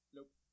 Nope